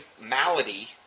malady